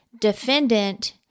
defendant